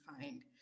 find